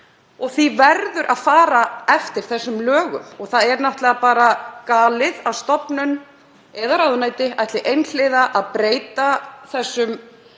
Því verður að fara eftir þessum lögum. Það er náttúrlega bara galið að stofnun eða ráðuneyti ætli einhliða að breyta